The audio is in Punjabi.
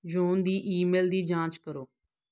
ਜੌਨ ਦੀ ਈਮੇਲ ਦੀ ਜਾਂਚ ਕਰੋ